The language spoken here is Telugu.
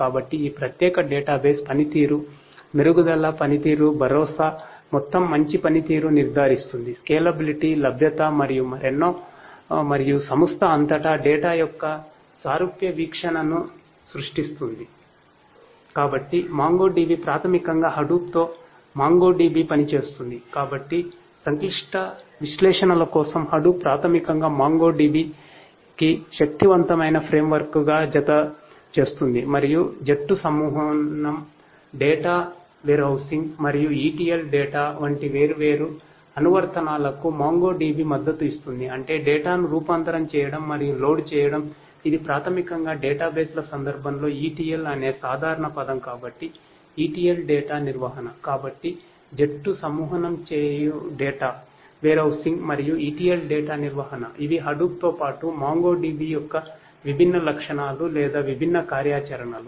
కాబట్టి మొంగోడిబి యొక్క విభిన్న లక్షణాలు లేదా విభిన్న కార్యాచరణలు